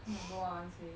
you know what I want to say